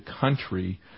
country